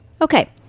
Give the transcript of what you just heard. Okay